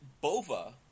Bova